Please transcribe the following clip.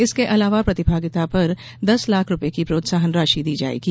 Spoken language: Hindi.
इसके अलावा प्रतिभागिता पर दस लाख रूपये की प्रोत्साहन राशि दी जायेगी